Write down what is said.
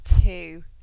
two